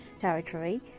territory